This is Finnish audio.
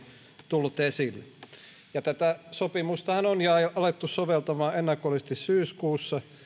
tullut esille tätä sopimustahan on alettu soveltamaan ennakollisesti syyskuussa